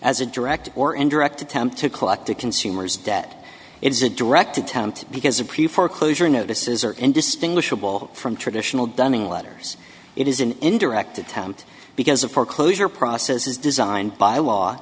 as a direct or indirect attempt to collect a consumer's debt is a direct attempt because a proof foreclosure notices are indistinguishable from traditional dunning letters it is an indirect attempt because of foreclosure process is designed by law